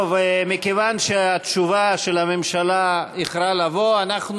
אני קובע כי הצעת החוק אושרה בקריאה טרומית ותועבר לוועדת